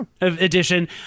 edition